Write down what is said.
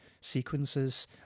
sequences